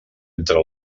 entre